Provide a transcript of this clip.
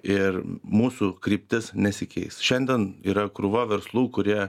ir mūsų kryptis nesikeis šiandien yra krūva verslų kurie